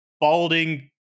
Balding